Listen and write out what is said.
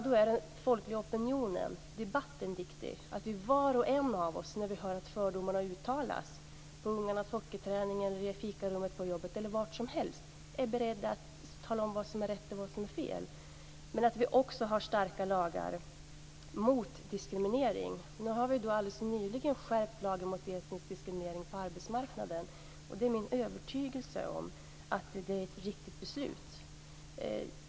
Då är den folkliga opinionen och debatten viktig. När vi hör att fördomar uttalas på ungarnas hockeyträning, i fikarummet på jobbet eller var som helst måste var och en av oss vara beredd att tala om vad som är rätt och vad som är fel. Vi måste också ha starka lagar mot diskriminering. Nu har vi alldeles nyligen skärpt lagen mot etnisk diskriminering på arbetsmarknaden. Det är min övertygelse att det är ett riktigt beslut.